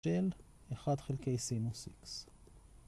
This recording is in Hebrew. ‫של 1 חלקי סינוס X.